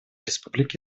республики